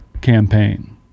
campaign